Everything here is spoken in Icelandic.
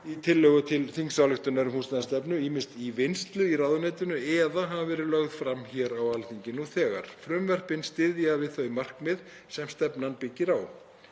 í tillögu til þingsályktunar um húsnæðisstefnu ýmist í vinnslu í ráðuneytinu eða hafa verið lögð fram hér á Alþingi nú þegar. Frumvörpin styðja við þau markmið sem stefnan byggir á.